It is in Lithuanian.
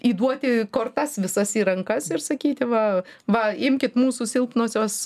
įduoti kortas visas į rankas ir sakyti va va imkit mūsų silpnosios